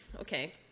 Okay